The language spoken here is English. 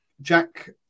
jack